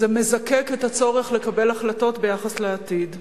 זה מזקק את הצורך לקבל החלטות ביחס לעתיד.